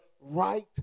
right